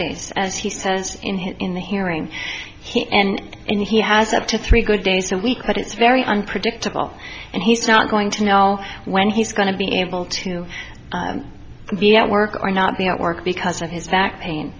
days as he says in his in the hearing he and he has up to three good days a week but it's very unpredictable and he's not going to now when he's going to be able to be at work or not they don't work because of his back pain